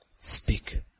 Speak